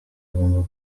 agomba